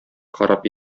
харап